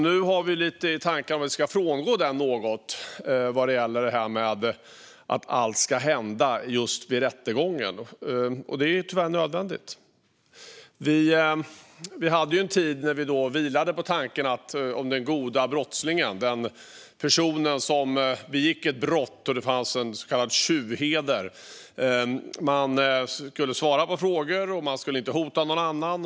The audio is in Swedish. Nu har vi tankar på att vi ska frångå den något vad gäller detta med att allt ska hända just vid rättegången. Det är tyvärr nödvändigt. Det fanns en tid då vi vilade i tanken om den goda brottslingen. Det fanns en så kallad tjuvheder. Det handlade om att man skulle svara på frågor och inte hota någon annan.